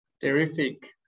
Terrific